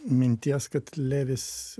minties kad levis